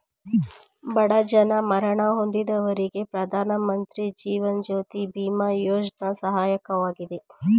ಬಡ ಜನ ಮರಣ ಹೊಂದಿದವರಿಗೆ ಪ್ರಧಾನಮಂತ್ರಿ ಜೀವನ್ ಜ್ಯೋತಿ ಬಿಮಾ ಯೋಜ್ನ ಸಹಾಯಕವಾಗಿದೆ